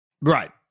Right